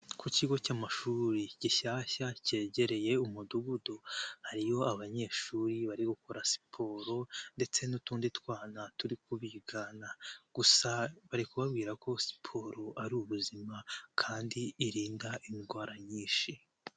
Ku kigo cy'amashuri gishyashya cyegereye Umudugudu. Hariyo abanyeshuri bari gukora siporo ndetse n'utundi twana turi kubigana, gusa bari kubabwira ko siporo ari ubuzima kandi irinda indwara nyinshi.